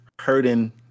hurting